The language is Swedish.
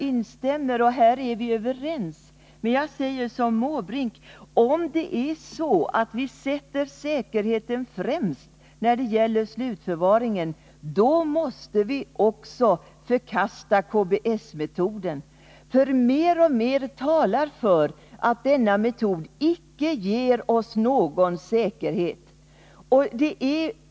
På den punkten är vi överens, men jag säger som av radioaktivt Bertil Måbrink: Sätter vi säkerheten främst när det gäller slutförvaringen, avfall måste vi också förkasta KBS-metoden, för mer och mer talar för att denna metod icke ger oss någon säkerhet.